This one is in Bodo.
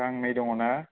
गांनै दङ ना